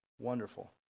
wonderful